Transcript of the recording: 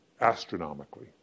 astronomically